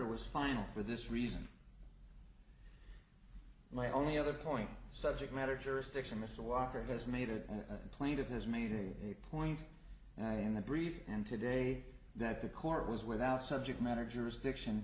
r was final for this reason my only other point subject matter jurisdiction mr walker has made it and played of his made a point and i in the brief and today that the court was without subject matter jurisdiction